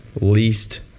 least